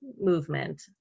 movement